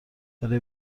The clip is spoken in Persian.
برای